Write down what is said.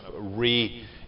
re